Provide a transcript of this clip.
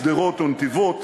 שדרות ונתיבות,